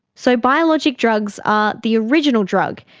so biologics drugs are the original drug,